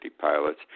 pilots